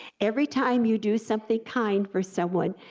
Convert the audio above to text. every time you do something kind for someone,